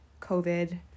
COVID